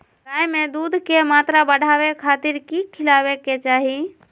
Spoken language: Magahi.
गाय में दूध के मात्रा बढ़ावे खातिर कि खिलावे के चाही?